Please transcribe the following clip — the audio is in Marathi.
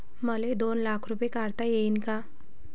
मले दोन लाख रूपे काढता येईन काय?